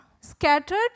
scattered